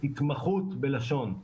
התמחות בלשון,